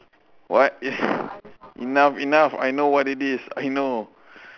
what enough enough I know what it is I know